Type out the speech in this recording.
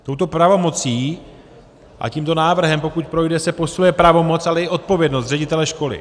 Touto pravomocí a tímto návrhem, pokud projde, se posiluje pravomoc, ale i odpovědnost ředitele školy.